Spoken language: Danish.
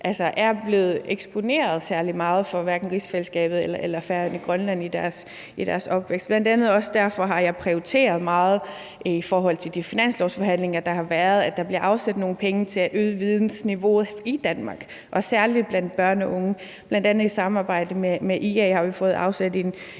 er blevet eksponeret særlig meget for hverken rigsfællesskabet eller Færøerne eller Grønland i deres opvækst. Bl.a. også derfor har jeg prioriteret meget i de finanslovsforhandlinger, der har været, at der bliver afsat nogle penge til at øge vidensniveauet i Danmark og særlig blandt børn og unge. Bl.a. i samarbejde med IA har vi fået afsat en